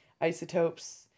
isotopes